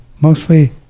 mostly